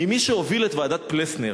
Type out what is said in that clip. ממי שהובילו את ועדת-פלסנר.